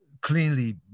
cleanly